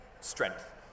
strength